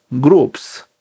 groups